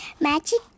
magic